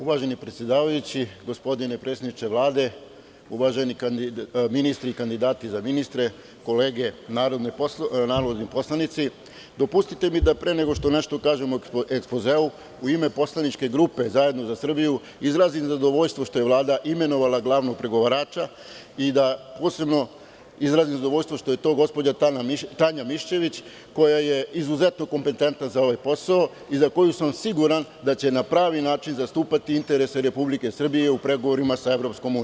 Uvaženi predsedavajući, gospodine predsedniče Vlade, uvaženi ministri i kandidati za ministre, kolege narodni poslanici, dopustite mi da pre nego što nešto kažem o ekspozeu, u ime poslaničke grupe ZZS izrazim zadovoljstvo što je Vlada imenovala glavnog pregovarača i da posebno izrazim zadovoljstvo što je to gospođa Tanja Mišćević koja je izuzetno kompetentna za ovaj posao i za koji sam siguran da će na pravi način zastupati interese Republike Srbije u pregovorima sa EU.